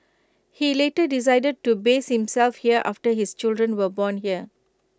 he later decided to base himself here after his children were born here